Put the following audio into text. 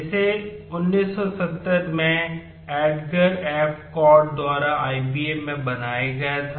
इसे 1970 में Edgar F Codd द्वारा IBM में बनाया गया था